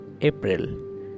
april